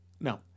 No